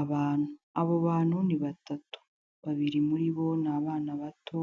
Abantu, abo bantu ni batatu, babiri muri bo ni abana bato